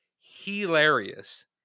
hilarious